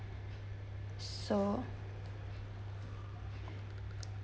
so